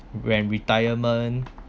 when retirement